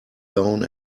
down